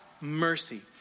mercy